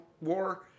war